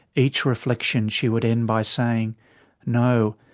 each reflection she would end by saying no,